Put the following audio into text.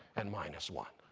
and minus one.